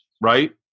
right